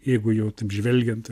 jeigu jau taip žvelgiant